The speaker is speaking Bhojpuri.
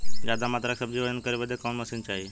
ज्यादा मात्रा के सब्जी के वजन करे बदे कवन मशीन चाही?